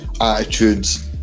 attitudes